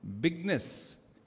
bigness